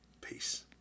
Peace